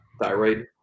thyroid